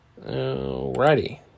Alrighty